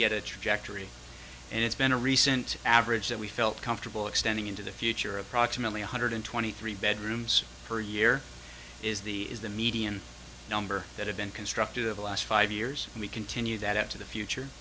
trajectory and it's been a recent average that we felt comfortable extending into the future approximately one hundred twenty three bedrooms per year is the is the median number that have been constructed of last five years and we continue that up to the future